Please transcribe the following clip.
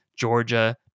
Georgia